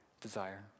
desire